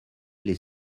les